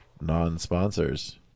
non-sponsors